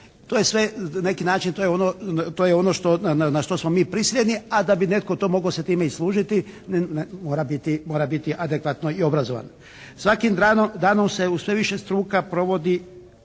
To je sve na neki način, to je ono, to je ono što, na što smo mi prisiljeni, a da bi netko to mogao se time i služiti mora biti, mora biti adekvatno i obrazovan. Svakim danom se u sve više struka provodi